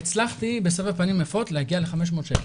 הצלחתי בסבר פנים יפות להגיע ל-500 שקל,